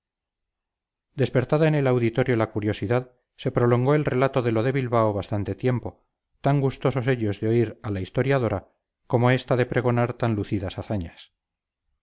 despertada en el auditorio la curiosidad se prolongó el relato de lo de bilbao bastante tiempo tan gustosos ellos de oír a la historiadora como esta de pregonar tan lucidas hazañas